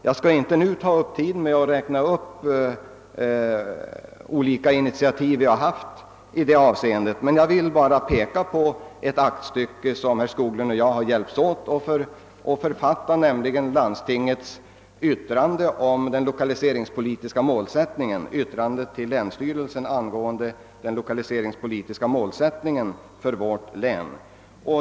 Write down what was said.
Jag skall inte ta upp tiden med att räkna upp de olika initiativ som vi har tagit; jag vill bara fästa uppmärksamheten på ett aktstycke som herr Skoglund och jag hjälpts åt att författa, nämligen landstingets yttrande till länsstyrelsen angående den lokaliseringspolitiska målsättningen för vårt län.